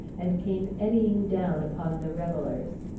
and came eddying down upon the revellers.